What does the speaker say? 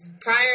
prior